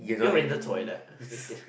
you're in the toilet I'm just kidding